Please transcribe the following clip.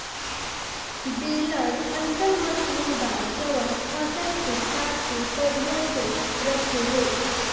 baler अइसन मशीन बा जवन फसल के काट के बढ़िया से रखेले